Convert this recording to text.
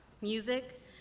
music